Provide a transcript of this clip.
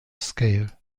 scale